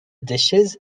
dishes